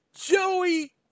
Joey